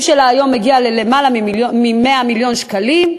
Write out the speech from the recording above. שלה היום מגיע ללמעלה ממיליון שקלים,